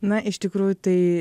na iš tikrųjų tai